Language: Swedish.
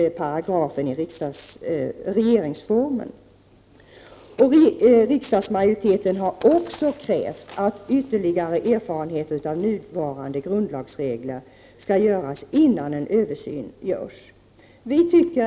Riksdagsmajoriteten har också krävt att ytterligare erfarenheter av nuvarande grundlagsregler skall göras innan en översyn vidtas.